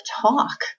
talk